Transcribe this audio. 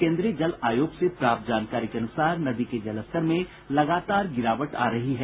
केन्द्रीय जल आयोग से प्राप्त जानकारी के अनुसार नदी के जलस्तर में लगातार गिरावट आ रही है